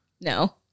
No